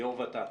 יו"ר ות"ת.